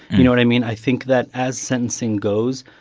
you know what i mean? i think that as sentencing goes,